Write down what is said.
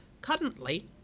Currently